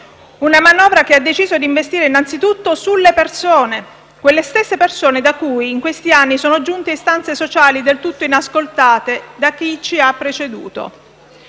una manovra che ha deciso di investire innanzitutto sulle persone, quelle stesse persone da cui in questi anni sono giunte istanze sociali del tutto inascoltate da chi ci ha preceduto.